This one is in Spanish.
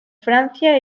francia